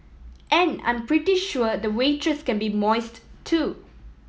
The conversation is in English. and I'm pretty sure the waitress can be moist too